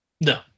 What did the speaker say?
No